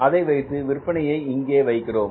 அதை வைத்து விற்பனையை இங்கே வைக்கிறோம்